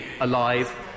alive